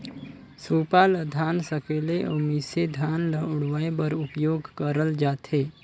सूपा ल धान सकेले अउ मिसे धान ल उड़वाए बर उपियोग करल जाथे